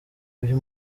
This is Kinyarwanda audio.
uyu